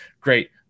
great